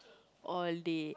all day